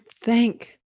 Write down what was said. thank